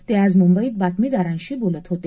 ते आज मुंबईत बातमीदारांशी बोलत होते